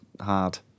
hard